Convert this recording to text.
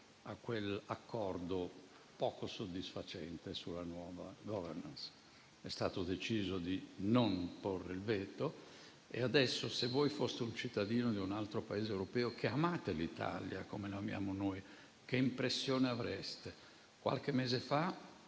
a quell'accordo poco soddisfacente sulla nuova *governance.* È stato deciso di non porre il veto e adesso, se voi foste un cittadino di un altro Paese europeo che ama l'Italia come noi, che impressione avreste? Qualche mese fa,